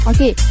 Okay